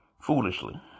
foolishly